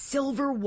Silver